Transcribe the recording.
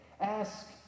Ask